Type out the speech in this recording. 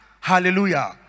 Hallelujah